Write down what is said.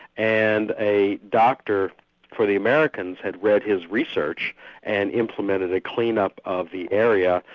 and a doctor for the americans had read his research and implemented a clean-up of the area,